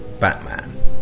Batman